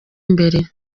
imbere